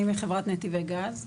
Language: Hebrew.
אני מחברת נתיבי גז.